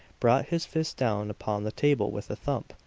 brought his fist down upon the table with a thump,